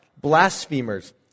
blasphemers